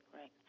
Right